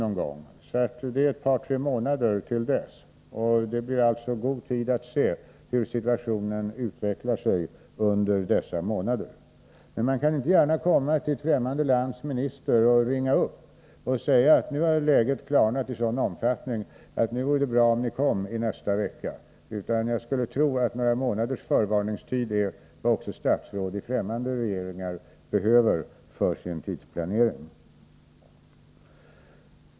Det är ett par månader till dess, så det blir god tid att se hur situationen utvecklar sig under dessa månader. Man kan inte gärna ringa upp ett främmande lands minister och säga att nu har läget klarnat i sådan omfattning att det vore bra om ni kom i nästa vecka. Jag skulle tro att några månaders förvarningstid är vad också andra länders regeringar behöver för sin tidsplanering.